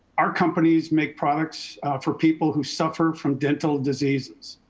our companies make products for people who suffer from dental diseases.